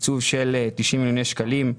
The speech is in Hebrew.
תקצוב של 90 מיליוני שקלים,